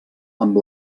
amb